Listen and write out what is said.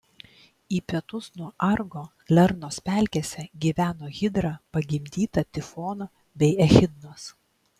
į pietus nuo argo lernos pelkėse gyveno hidra pagimdyta tifono bei echidnos